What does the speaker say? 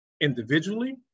individually